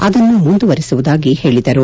ಅದನ್ನು ಮುಂದುವರಿಸುವುದಾಗಿ ಹೇಳದರು